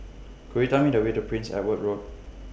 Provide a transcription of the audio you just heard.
Could YOU Tell Me The Way to Prince Edward Road